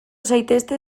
zaitezte